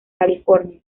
california